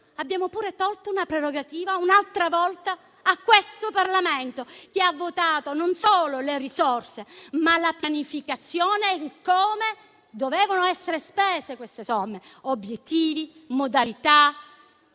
abbiamo pure tolto un'altra volta una prerogativa a questo Parlamento, che ha votato non solo le risorse, ma anche la pianificazione e come dovevano essere spese quelle somme: obiettivi, modalità,